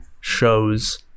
shows